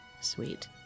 Sweet